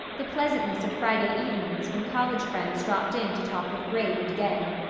the pleasantness of friday evenings when college friends dropped in to talk of grave and gay.